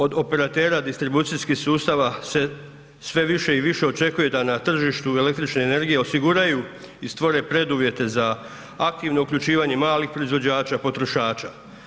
Od operatera distribucijskih sustava se sve više i više očekuje da na tržištu električne energije osiguraju i stvore preduvjete za aktivno uključivanje malih proizvođača potrošača.